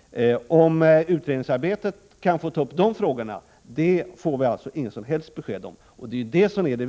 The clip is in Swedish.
Huruvida dessa frågor får tas upp i utredningsarbetet får vi alltså inget som helst besked om. Just det är trots allt det